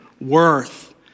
worth